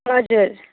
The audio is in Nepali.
हजुर